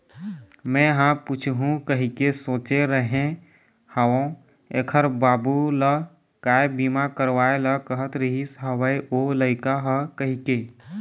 मेंहा पूछहूँ कहिके सोचे रेहे हव ऐखर बाबू ल काय बीमा करवाय ल कहत रिहिस हवय ओ लइका ह कहिके